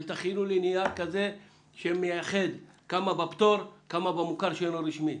תכינו לי נייר כזה שמייחד כמה בפטור וכמה במוכר שאינו רשמי.